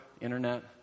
Internet